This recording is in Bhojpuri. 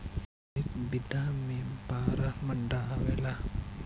एक बीघा में बारह मंडा आवेला